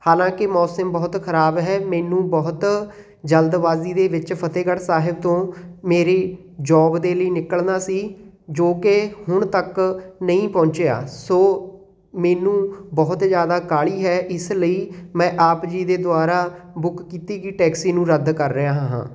ਹਾਲਾਂਕਿ ਮੌਸਮ ਬਹੁਤ ਖ਼ਰਾਬ ਹੈ ਮੈਨੂੰ ਬਹੁਤ ਜਲਦਬਾਜ਼ੀ ਦੇ ਵਿੱਚ ਫਤਿਹਗੜ੍ਹ ਸਾਹਿਬ ਤੋਂ ਮੇਰੀ ਜੋਬ ਦੇ ਲਈ ਨਿਕਲਣਾ ਸੀ ਜੋ ਕਿ ਹੁਣ ਤੱਕ ਨਹੀਂ ਪਹੁੰਚਿਆ ਸੋ ਮੈਨੂੰ ਬਹੁਤ ਜ਼ਿਆਦਾ ਕਾਹਲੀ ਹੈ ਇਸ ਲਈ ਮੈਂ ਆਪ ਜੀ ਦੇ ਦੁਆਰਾ ਬੁੱਕ ਕੀਤੀ ਗਈ ਟੈਕਸੀ ਨੂੰ ਰੱਦ ਕਰ ਰਿਹਾ ਹਾਂ